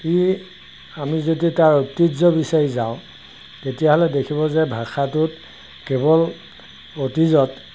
সি আমি যদি তাৰ ঐতিহ্য বিচাৰি যাওঁ তেতিয়াহ'লে দেখিব যে ভাষাটোত কেৱল অতীজত